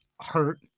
hurt